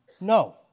No